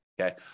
okay